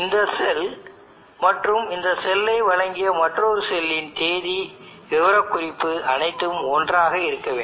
இந்த செல் மற்றும் இந்த செல்லை வழங்கிய மற்றொரு செல்லின் தேதி விபரக்குறிப்பு அனைத்தும் ஒன்றாக இருக்க வேண்டும்